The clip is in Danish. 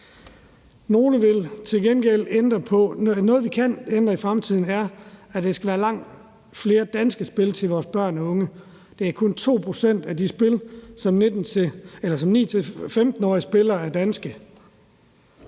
gengæld kan ændre i fremtiden, er, at der skal være langt flere danske spil til vores børn og unge. Det er kun 2 pct. af de spil, som 9-15-årige spiller, der er danske.